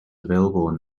available